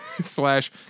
slash